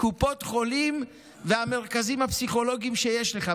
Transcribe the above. קופות חולים והמרכזים הפסיכולוגיים שיש לך.